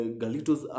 galitos